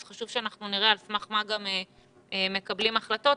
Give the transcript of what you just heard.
אז, חשוב שנראה על סמך מה גם מקבלים החלטות.